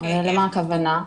ולמה הכוונה?